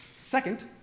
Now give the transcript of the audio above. Second